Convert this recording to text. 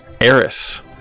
Eris